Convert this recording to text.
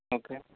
okay